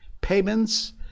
payments